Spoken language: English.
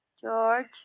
George